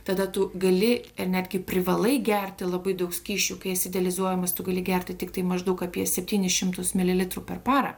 tada tu gali ir netgi privalai gerti labai daug skysčių kai esi dializuojamas tu gali gerti tiktai maždaug apie septynis šimtus mililitrų per parą